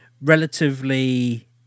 relatively